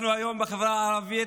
אנחנו היום בחברה הערבית,